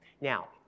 Now